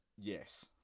yes